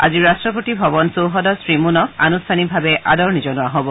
আজি ৰাট্টপতি ভৱনৰ চৌহদত শ্ৰীমুন আনুষ্ঠানিকভাৱে আদৰণি জনোৱা হ'ব